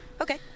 Okay